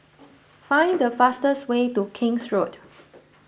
find the fastest way to King's Road